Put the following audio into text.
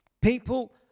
People